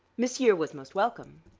m'sieur was most welcome.